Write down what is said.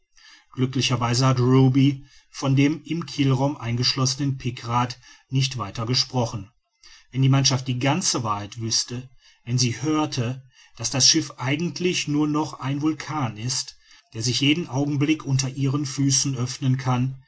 weise hat ruby von dem im kielraum eingeschlossenen pikrat nicht weiter gesprochen wenn die mannschaft die ganze wahrheit wüßte wenn sie hörte daß das schiff eigentlich nur noch ein vulkan ist der sich jeden augenblick unter ihren füßen öffnen kann